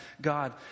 God